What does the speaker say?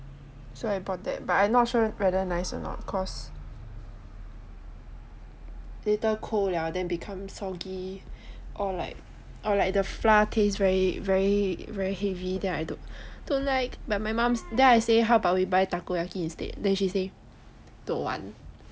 so I bought that but I not sure whether nice or not cause later cold liao then become soggy or like or like the flour taste very very very heavy then I don~ don't like but my mom then I say how about we buy takoyaki instead then she say don't want